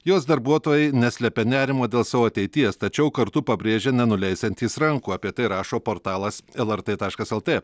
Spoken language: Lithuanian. jos darbuotojai neslepia nerimo dėl savo ateities tačiau kartu pabrėžia nenuleisiantys rankų apie tai rašo portalas lrt taškas lt